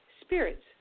spirits